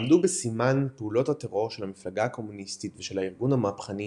עמדו בסימן פעולות הטרור של המפלגה הקומוניסטית ושל הארגון המהפכני